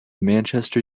manchester